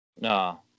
No